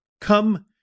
Come